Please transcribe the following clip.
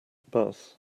bus